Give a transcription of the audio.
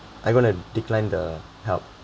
are you gonna decline the help